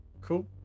Cool